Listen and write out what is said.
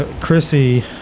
Chrissy